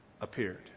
appeared